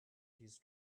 his